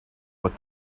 what